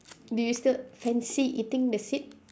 do you still fancy eating the seed